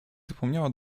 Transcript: zapomniała